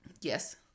Yes